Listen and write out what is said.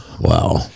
Wow